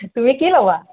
তুমি কি ল'বা